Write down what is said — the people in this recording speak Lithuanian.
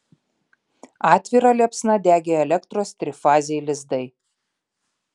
atvira liepsna degė elektros trifaziai lizdai